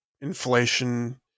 inflation